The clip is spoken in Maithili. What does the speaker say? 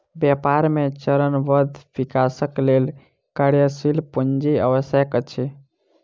व्यापार मे चरणबद्ध विकासक लेल कार्यशील पूंजी आवश्यक अछि